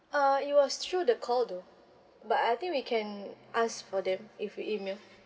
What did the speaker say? uh it was through the call though but I think we can ask for them if we email